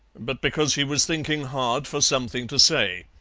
but because he was thinking hard for something to say.